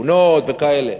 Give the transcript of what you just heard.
עגונות וכאלה.